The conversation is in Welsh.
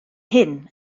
hyn